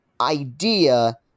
idea